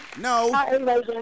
No